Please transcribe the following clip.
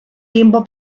tiempo